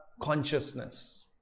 consciousness